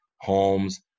Holmes